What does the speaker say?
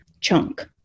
chunk